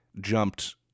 jumped